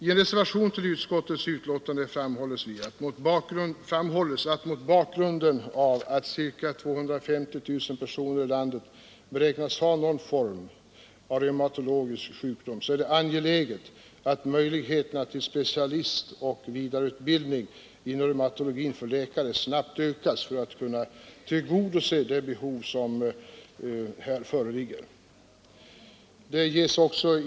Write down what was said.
I en reservation till utskottets betänkande framhålls: ”Mot bakgrund av att ca 250 000 personer i landet beräknas ha någon form av reumatism är det angeläget att möjligheterna till specialistutbildning och sidoutbildning i reumatologi för läkare snabbt ökas” — detta för att tillgodose det behov som här föreligger.